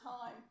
time